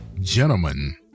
gentlemen